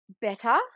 better